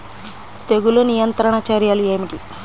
తెగులు నియంత్రణ చర్యలు ఏమిటి?